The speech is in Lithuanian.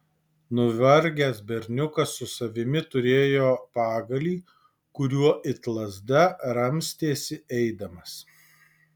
nuvargęs berniukas su savimi turėjo pagalį kuriuo it lazda ramstėsi eidamas